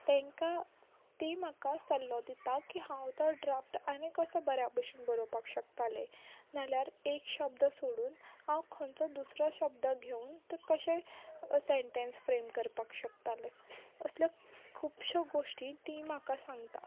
तेंकां तीं म्हाका सल्लो दितात की हांव तो ड्राफ्ट आनी कश्या बऱ्या बशेन बरोपाक शकतालें नाल्यार एक शब्द सोडून हांव खंयचो दुसरो शब्द घेवन तें कशें सेन्टेन्स फ्रेम करपाक शकताली असल्यो खुबश्यो गोश्टी ती म्हाका सांगता